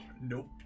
nope